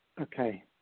Okay